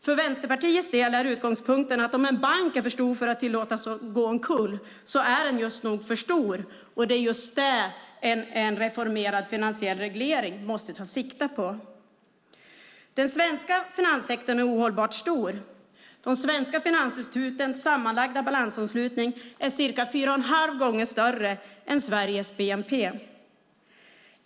För Vänsterpartiets del är utgångspunkten att om en bank är för stor för att tillåtas gå omkull är den nog just för stor, och det är det som en reformerad finansiell reglering måste ta sikte på. Den svenska finanssektorn är ohållbart stor. De svenska finansinstitutens sammanlagda balansomslutning är ca 4,5 gånger större än Sveriges bnp.